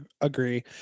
agree